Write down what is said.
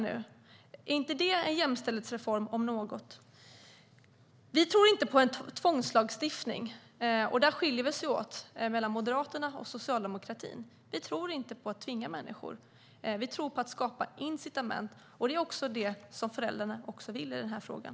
Är inte det en jämställdhetsreform, om någon? Vi tror inte på tvångslagstiftning. Där skiljer vi moderater oss från socialdemokratin. Vi tror inte på att tvinga människor. Vi tror på att skapa incitament, och det är också vad föräldrarna vill i den här frågan.